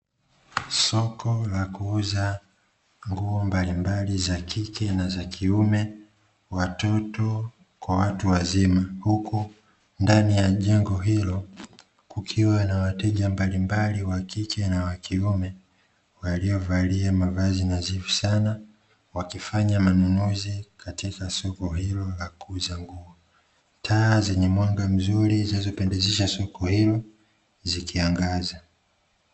Soko la kuuza nguo mbalimbali za kike na za kiume, watoto kwa watu wazima, huku ndani ya jengo hilo kukiwa na wateja mbalimbali wa kike na wa kiume, waliovalia mavazi nadhifu sana, wakifanya manunuzi katika soko hilo la kuuza nguo, taa zenye mwanga mzuri zinazopendekeza soko hilo zikiangaza.